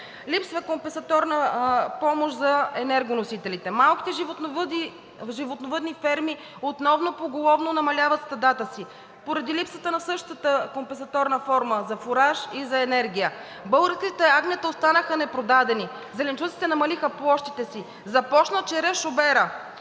липсва компесаторна помощ за енергоносителите, малките животновъдни ферми основно поголовно намаляват стадата си поради липсата на същата компесаторна форма за фураж и за енергия. Българските агнета останаха непродадени, зеленчуците намалиха площите си. Започна черешоберът